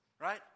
Right